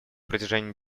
протяжении